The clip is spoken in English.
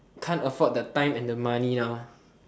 can't afford the time and the money now